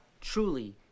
truly